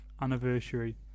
anniversary